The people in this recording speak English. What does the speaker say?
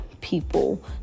people